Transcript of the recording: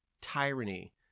Tyranny